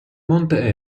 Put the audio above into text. monte